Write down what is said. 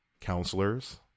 counselors